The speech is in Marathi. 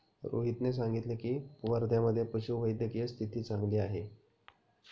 रोहितने सांगितले की, वर्ध्यामधे पशुवैद्यकीय स्थिती चांगली आहे